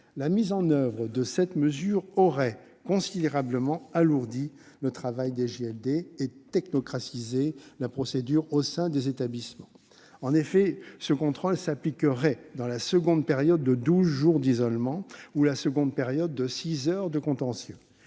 L'instauration de cette mesure aurait considérablement alourdi le travail des JLD et « technocratisé » les procédures au sein des établissements. En effet, ce contrôle s'appliquerait dès la seconde période de douze heures d'isolement ou de six heures de contention.